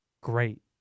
great